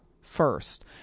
first